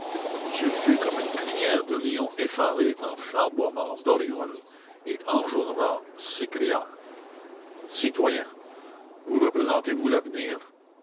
ce fut comme une crinière de lion effarée en flamboiement d'auréole et enjolras s'écria citoyens vous représentez-vous l'avenir